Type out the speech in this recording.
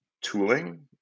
tooling